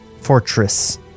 Fortress